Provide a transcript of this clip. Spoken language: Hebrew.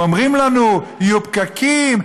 ואומרים לנו: יהיו פקקים,